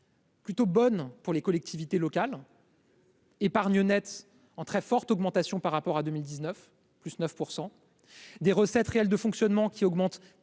plutôt bonne pour les collectivités locales. épargne nette en très forte augmentation par rapport à 2019 plus 9 % des recettes réelles de fonctionnement qui augmente